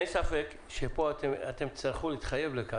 אין ספק שפה אתם תצטרכו להתחייב לכך.